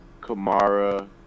Kamara